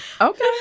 Okay